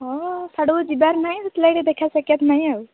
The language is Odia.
ହଁ ସେଆଡ଼କୁ ଯିବାର ନାହିଁ ସେଥିଲାଗି ଦେଖା ସାଖ୍ୟାତ ନାହିଁ ଆଉ